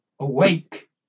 Awake